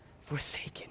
forsaken